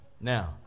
Now